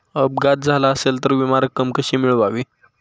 अपघात झाला असेल तर विमा रक्कम कशी मिळवावी?